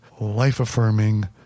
life-affirming